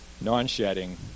non-shedding